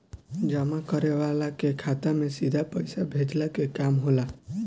जमा करे वाला के खाता में सीधा पईसा भेजला के काम होला